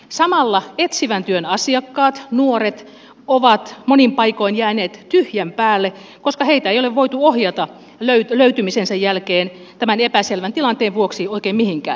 samalla etsivän työn asiakkaat nuoret ovat monin paikoin jääneet tyhjän päälle koska heitä ei ole voitu ohjata löytymisensä jälkeen tämän epäselvän tilanteen vuoksi oikein mihinkään